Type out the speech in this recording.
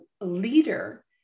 leader